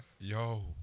Yo